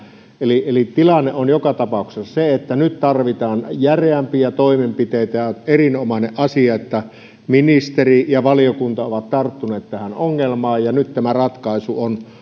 eli eli tilanne on joka tapauksessa se että nyt tarvitaan järeämpiä toimenpiteitä ja on erinomainen asia että ministeri ja valiokunta ovat tarttuneet tähän ongelmaan ja nyt tämä ratkaisu on